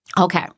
Okay